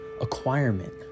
acquirement